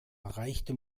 erreichte